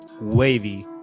wavy